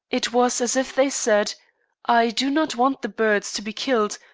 it was as if they said i do not want the birds to be killed,